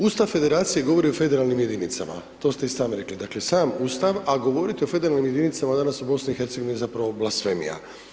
Ustav federacije govori o federalnim jedinicama, to ste i sami rekli, dakle, sam Ustav, a govorite o federalnim jedinicama danas u BIH zapravo blasfemija.